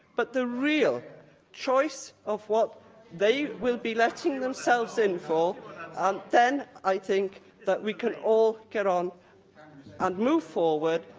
but the real choice of what they will be letting themselves in for um then i think that we can all get on and move forward,